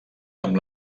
amb